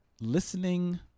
listening